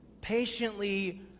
patiently